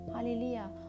Hallelujah